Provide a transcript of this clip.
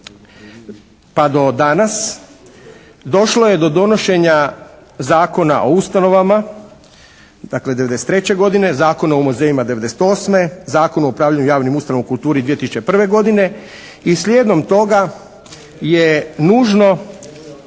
pa do danas došlo je do donošenja Zakona o ustanovama, dakle '93. godine, Zakon o muzejima '98., Zakon o upravljanju javnim ustanovama u kulturi 2001. godine. I slijedom toga je nužno